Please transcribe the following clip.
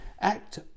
Act